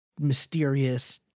mysterious